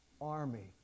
army